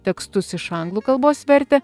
tekstus iš anglų kalbos vertė